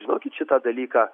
žinokit šitą dalyką